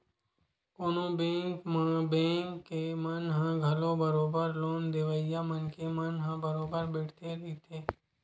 कोनो बेंक म बेंक के मन ह घलो बरोबर लोन देवइया मनखे मन ह बरोबर बइठे रहिथे